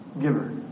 giver